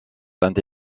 saint